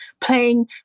playing